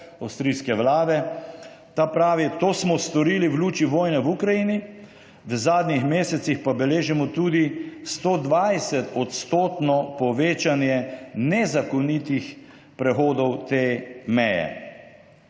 avstrijske vlade, ta pravi: »To smo storili v luči vojne v Ukrajini, v zadnjih mesecih pa beležimo tudi 120 odstotno povečanje nezakonitih prehodov te meje.«